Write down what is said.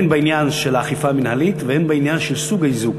הן בעניין של האכיפה המינהלית והן בעניין של סוג האיזוק.